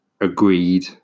agreed